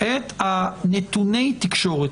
את נתוני התקשורת,